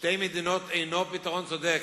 "שתי מדינות" אינו פתרון צודק,